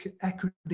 Equity